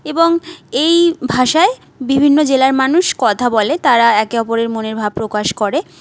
এবং এই ভাষায় বিভিন্ন জেলার মানুষ কথা বলে তারা একে অপরের মনের ভাব প্রকাশ করে